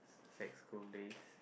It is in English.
sec school days